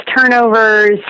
turnovers